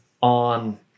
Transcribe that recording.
on